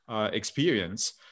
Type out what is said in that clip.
experience